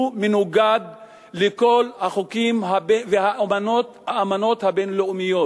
הוא מנוגד לכל החוקים והאמנות הבין-לאומיות.